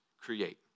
create